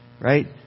right